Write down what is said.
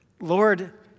Lord